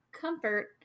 Comfort